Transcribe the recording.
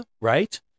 Right